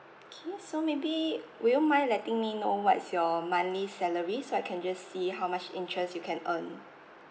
okay so maybe would you mind letting me know what is your monthly salary so I can just see how much interest you can earn